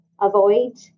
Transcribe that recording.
avoid